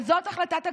וזאת החלטת הקבינט,